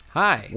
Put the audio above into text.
hi